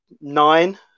nine